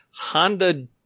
Honda